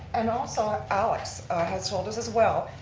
and also alex has told us as well,